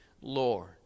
Lord